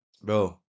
bro